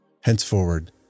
Henceforward